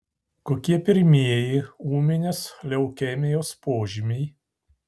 kokie pirmieji ūminės leukemijos požymiai